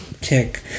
tick